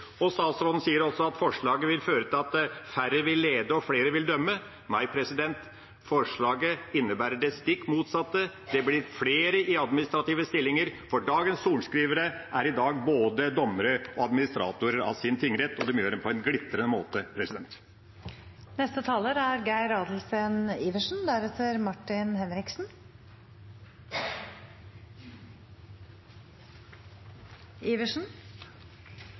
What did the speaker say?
Statsråden sier også at forslaget vil føre til at færre vil lede og flere dømme. Nei, forslaget innebærer det stikk motsatte. Det blir flere i administrative stillinger, for dagens sorenskrivere er i dag både dommere og administratorer av sin tingrett, og de gjør det på en glitrende måte.